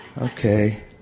Okay